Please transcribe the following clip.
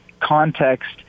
context